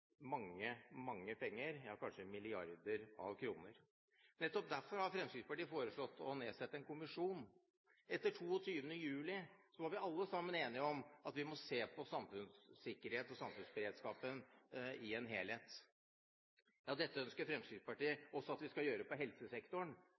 mange penger, ja, kanskje milliarder av kroner. Nettopp derfor har Fremskrittspartiet foreslått å nedsette en kommisjon. Etter 22. juli var vi alle sammen enige om at vi må se på samfunnssikkerheten og samfunnsberedskapen i en helhet. Ja, dette ønsker Fremskrittspartiet